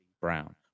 Brown